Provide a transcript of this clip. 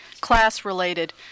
class-related